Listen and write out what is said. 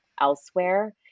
elsewhere